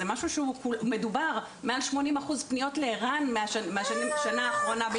שהוא מדובר מעל 80 אחוז פניות לער"ן מהשנה האחרונה,